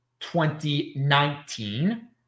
2019